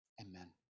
Amen